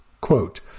Quote